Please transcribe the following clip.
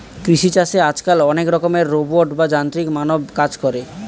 কৃষি চাষে আজকাল অনেক রকমের রোবট বা যান্ত্রিক মানব কাজ করে